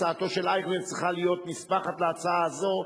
הצעתו של אייכלר צריכה להיות נספחת להצעה הזאת.